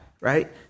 right